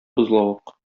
бозлавык